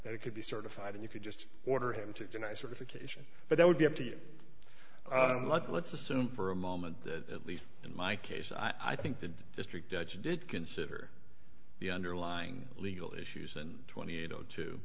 that it could be certified and you could just order him to deny certification but that would be empty oh don't let's assume for a moment that at least in my case i think the district judge did consider the underlying legal issues and twenty eight o two